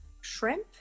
shrimp